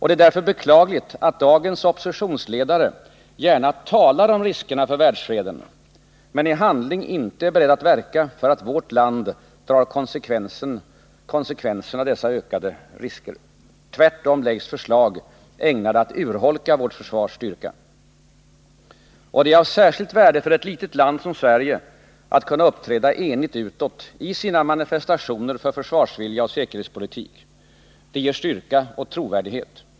Det är därför beklagligt att dagens oppositionsledare gärna talar om riskerna för världsfreden men i handling inte är beredd att verka för att vårt land drar konsekvenserna av dessa ökande risker. Tvärtom läggs förslag ägnade att urholka vårt försvars styrka. Det är av särskilt värde för ett litet land som Sverige att kunna uppträda enigt utåt i sina manifestationer för försvarsvilja och säkerhetspolitik. Det ger styrka och trovärdighet.